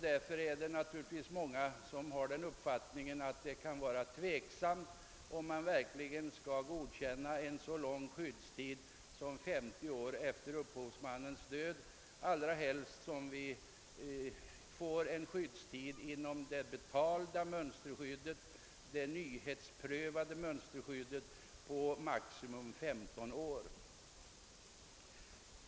Därför är det naturligtvis många som har den uppfattningen att det kan vara tveksamt, om man verkligen skall godkänna en så lång skyddstid som 50 år efter upphovsmannens död, allra helst som det betalda, nyhetsprövade mönsterskyddet gäller maximum 15 år.